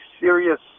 serious